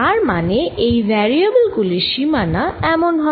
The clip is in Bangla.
তার মানে এই ভ্যারিয়েবল গুলির সীমানা এমন হয়